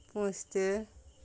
পুষতে